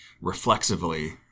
reflexively